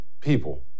people